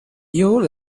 you